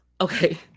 Okay